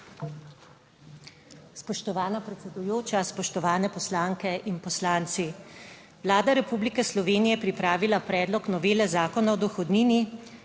Spoštovana predsedujoča, spoštovane poslanke in poslanci. Vlada Republike Slovenije je pripravila predlog novele Zakona o dohodnini,